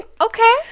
Okay